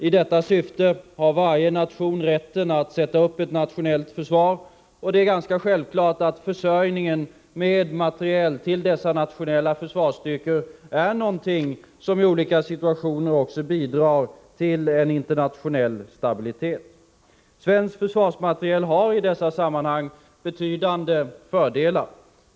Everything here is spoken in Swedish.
I detta syfte har varje nation rätten att sätta upp ett nationellt försvar, och det är ganska självklart att försörjningen med materiel till dessa nationella försvarsstyrkor är någonting som i olika situationer också bidrar till en internationell stabilitet. Svensk försvarsmateriel har i dessa sammanhang betydande fördelar.